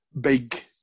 big